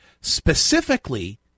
specifically